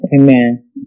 Amen